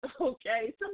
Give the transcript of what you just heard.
okay